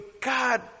God